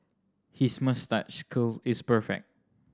his moustache curl is perfect